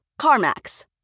CarMax